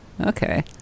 Okay